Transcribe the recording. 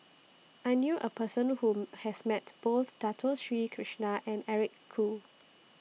I knew A Person Who has Met Both Dato Sri Krishna and Eric Khoo